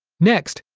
next,